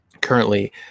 currently